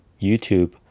YouTube